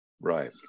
Right